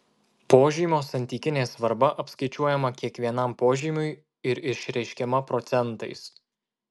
požymio santykinė svarba apskaičiuojama kiekvienam požymiui ir išreiškiama procentais